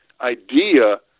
idea